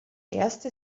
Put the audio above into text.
erste